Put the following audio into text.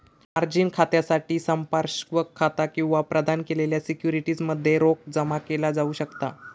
margin खात्यासाठी संपार्श्विक खाता किंवा प्रदान केलेल्या सिक्युरिटीज मध्ये रोख जमा केला जाऊ शकता